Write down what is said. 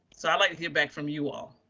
so i'd like to hear back from you all.